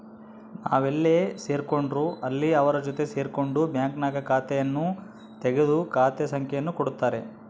ನಾವೆಲ್ಲೇ ಸೇರ್ಕೊಂಡ್ರು ಅಲ್ಲಿ ಅವರ ಜೊತೆ ಸೇರ್ಕೊಂಡು ಬ್ಯಾಂಕ್ನಾಗ ಖಾತೆಯನ್ನು ತೆಗೆದು ಖಾತೆ ಸಂಖ್ಯೆಯನ್ನು ಕೊಡುತ್ತಾರೆ